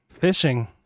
fishing